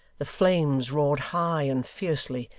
the flames roared high and fiercely,